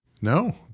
No